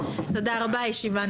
תודה רבה, הישיבה נעולה.